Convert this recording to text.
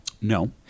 No